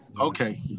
okay